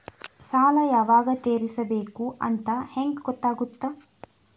ಸಾಲ ಯಾವಾಗ ತೇರಿಸಬೇಕು ಅಂತ ಹೆಂಗ್ ಗೊತ್ತಾಗುತ್ತಾ?